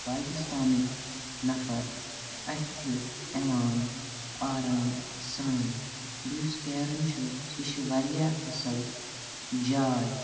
پاکِستانٕکۍ نَفَر اَتھہِ یِوان آرام سان بیٚیہِ یُس کیرَن چھُ سُہ چھُ واریاہ اصٕل جاے